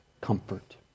comfort